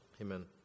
amen